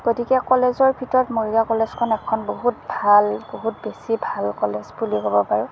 গতিকে কলেজৰ ভিতৰত মৰিগাঁও কলেজখন এখন বহুত ভাল বহুত বেছি ভাল কলেজ বুলি ক'ব পাৰোঁ